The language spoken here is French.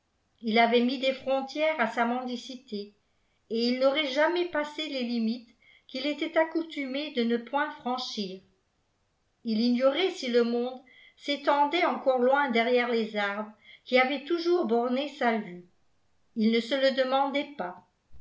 il avait mis des frontières à sa mendicité et il n'aurait jamais passé les limites qu'il était accoutumé de ne point franchir ii ignorait si le monde s'étendait encore loin derrière les arbres qui avaient toujours borné sa vue ii ne se le demandait pas